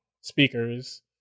speakers